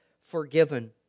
forgiven